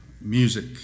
music